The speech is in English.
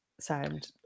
sound